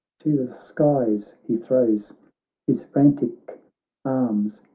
to the skies he throws his frantic arms,